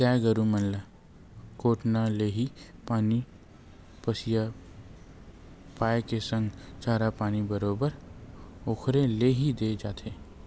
गाय गरु मन ल कोटना ले ही पानी पसिया पायए के संग चारा पानी बरोबर ओखरे ले ही देय जाथे